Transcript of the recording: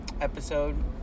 episode